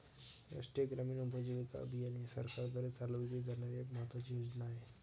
राष्ट्रीय ग्रामीण उपजीविका अभियान ही सरकारद्वारे चालवली जाणारी एक महत्त्वाची योजना आहे